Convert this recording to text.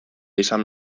izan